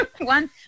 one